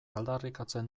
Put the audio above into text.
aldarrikatzen